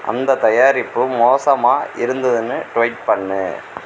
அந்தத் தயாரிப்பு மோசமாக இருந்ததுன்னு ட்வீட் பண்ணு